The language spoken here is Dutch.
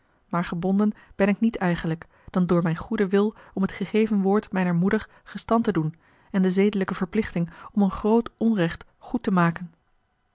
maar gebonden ben ik niet eigenlijk dan door mijn goeden wil om het gegeven woord mijner moeder gestand te doen en de zedelijke verplichting om een groot onrecht goed te maken